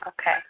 Okay